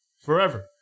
Forever